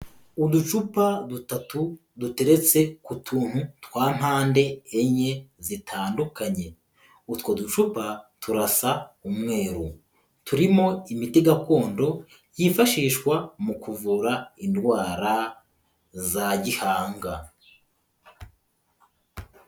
Uducupa dutatu duteretse ku tuntu twa mpande enye zitandukanye, utwo ducupa turasa umweru, turimo imiti gakondo yifashishwa mu kuvura indwara za gihanga.